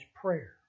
prayer